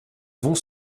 vont